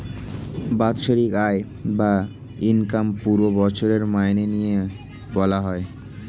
বাৎসরিক আয় বা ইনকাম পুরো বছরের মাইনে নিয়ে বলা হয়